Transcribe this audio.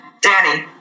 Danny